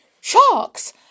Sharks